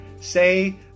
say